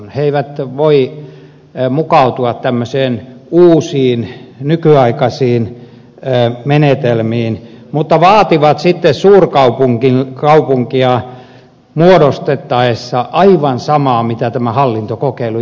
he eivät voi mukautua tämmöisiin uusiin nykyaikaisiin menetelmiin mutta vaativat sitten suurkaupunkia muodostettaessa aivan samaa mitä tämä hallintokokeilu jo tuottaa